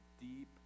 deep